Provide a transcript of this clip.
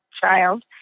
child